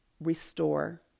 restore